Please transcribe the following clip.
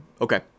okay